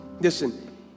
Listen